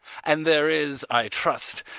and there is, i trust,